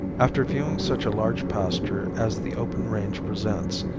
after viewing such a large pasture as the open range presents,